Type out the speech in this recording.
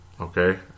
Okay